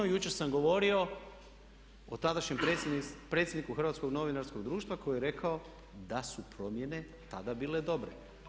Jučer sam govorio o tadašnjem predsjedniku Hrvatskog novinarskog društva koji je rekao da su promjene tada bile dobre.